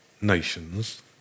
nations